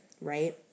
right